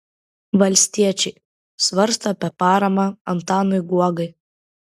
valstiečiai svarsto apie paramą antanui guogai